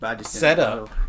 setup